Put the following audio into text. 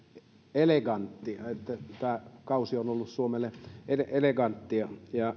elegantti että tämä kausi on ollut suomelle elegantti